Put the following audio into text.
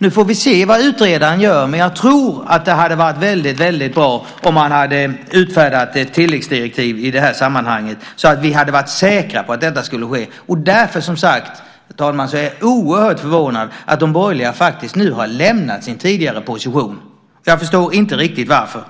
Nu får vi se vad utredaren gör, men jag tror att det hade varit väldigt bra om man hade utfärdat ett tilläggsdirektiv i det här sammanhanget så att vi hade varit säkra på att detta skulle ske. Därför är jag som sagt, herr talman, oerhört förvånad över att de borgerliga faktiskt nu har lämnat sin tidigare position. Jag förstår inte riktigt varför.